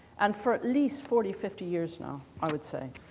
and for at least forty, fifty years now, i would say,